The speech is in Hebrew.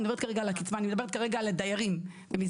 אני מדברת כרגע על הקצה ואני מדברת כרגע על הדיירים במסגרות.